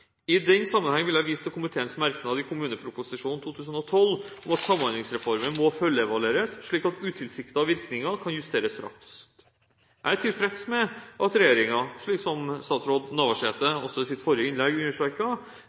I den sammenheng vil jeg vise til komiteens merknad i kommuneproposisjonen for 2012, om at Samhandlingsreformen må følgeevalueres, slik at utilsiktede virkninger kan justeres raskt. Jeg er tilfreds med at regjeringen, slik som statsråd Navarsete også i sitt forrige innlegg